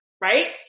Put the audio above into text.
right